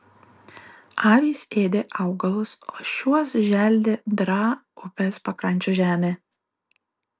avys ėdė augalus o šiuos želdė draa upės pakrančių žemė